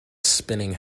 spinning